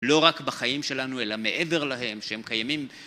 לא רק בחיים שלנו אלא מעבר להם שהם קיימים